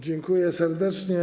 Dziękuję serdecznie.